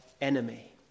enemy